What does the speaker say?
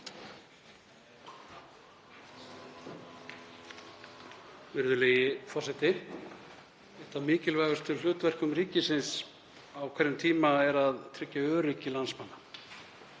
Eitt af mikilvægustu hlutverkum ríkisins á hverjum tíma er að tryggja öryggi landsmanna.